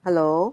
hello